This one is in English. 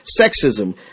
sexism